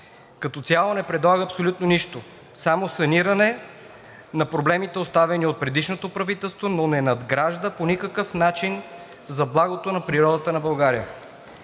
Като цяло не предлага абсолютно нищо – само саниране на проблемите, оставени от предишното правителство, но не надгражда по никакъв начин за благото на природата на България.